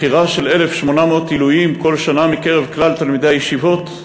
בחירה של 1,800 עילויים כל שנה מקרב כלל תלמידי הישיבות.